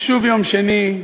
שוב יום שני,